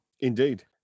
Indeed